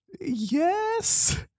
Yes